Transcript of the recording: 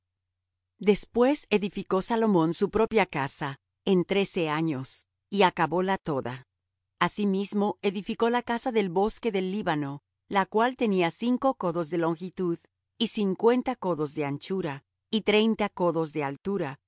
después edificó salomón su propia casa en trece años y acabóla toda asimismo edificó la casa del bosque del líbano la cual tenía cinco codos de longitud y cincuenta codos de anchura y treinta codos de altura